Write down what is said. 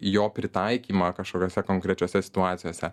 jo pritaikymą kažkokiose konkrečiose situacijose